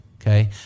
Okay